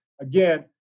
Again